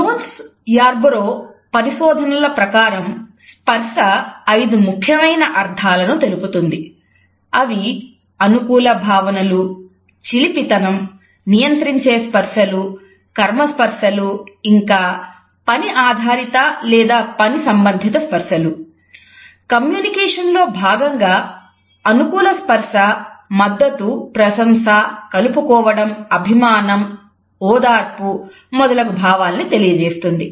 Jones లో భాగంగా అనుకూల స్పర్శ మద్దతు ప్రశంస కలుపుకోవడం అభిమానం ఓదార్పు మొదలగు భావాలను తెలియజేస్తుంది